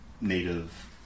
Native